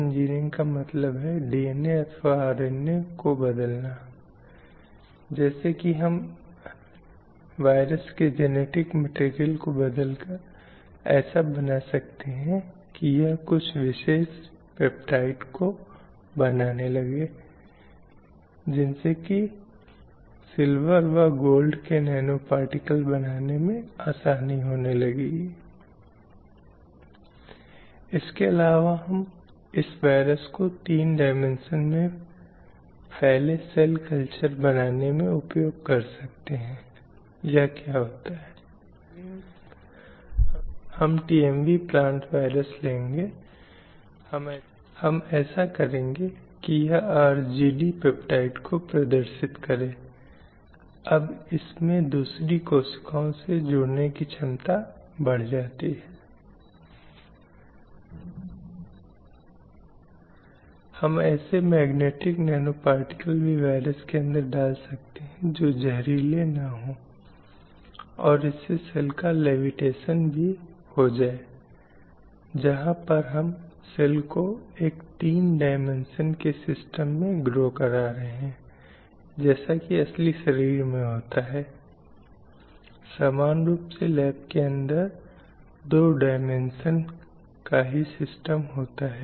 इसलिए यदि कोई अलग अलग क्षेत्रों में देखता है कि क्या श्रम चाहे लैंगिकता प्रजनन के संबंध में हो संपत्ति आर्थिक संसाधनों के संबंध में हो पसंद और स्वतंत्रता को चुनने के संबंध में और गतिशीलता आदि के संबंध में हो सभी क्षेत्रों में पितृसत्ता की अवधारणा महिलाओं को नियंत्रित करती है इसलिए चाहे महिला को शादी करनी चाहिए या शादी नहीं करनी चाहिए चाहे महिला को बच्चा होना चाहिए या उसे बच्चा नहीं होना चाहिए चाहे महिला को कार्यबल का हिस्सा होना चाहिए या कार्यबल का हिस्सा नहीं होना चाहिए संपत्ति की मालकिन होना चाहिए या नहीं आदि हर पहलू पर यह देखा जाता है कि नारी पर नर का नियंत्रण होता है इसलिए जन्म से लेकर वृद्धावस्था तक सभी बिंदुओं पर संपूर्ण दोष यह देखा जाता है कि पुरुष द्वारा एक मजबूत नियंत्रण और प्रभुत्व है